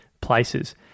places